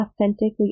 authentically